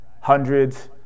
hundreds